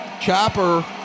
Chopper